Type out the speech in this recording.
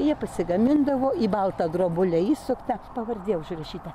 jie pasigamindavo į baltą drobulę įsuktą pavardė užrašyta